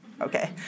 okay